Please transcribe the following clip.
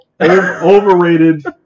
overrated